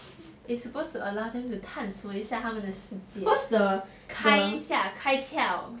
it's supposed to allow them to 探索一下他们的世界开一下开窍